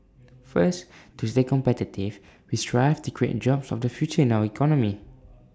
first to stay competitive we strive to create job of the future in our economy